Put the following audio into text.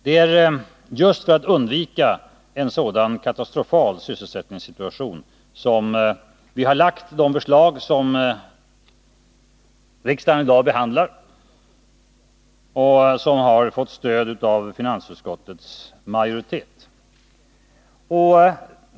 Det är just för att undvika en sådan katastrofal sysselsättningssituation som vi har lagt de förslag som riksdagen i dag behandlar och som har fått stöd av finansutskottets majoritet.